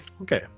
Okay